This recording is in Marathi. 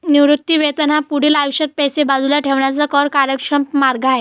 निवृत्ती वेतन हा पुढील आयुष्यात पैसे बाजूला ठेवण्याचा कर कार्यक्षम मार्ग आहे